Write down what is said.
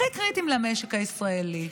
הכי קריטיים למשק הישראלי.